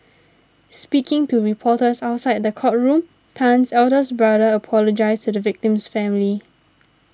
speaking to reporters outside the courtroom Tan's eldest brother apologised to the victim's family